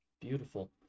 beautiful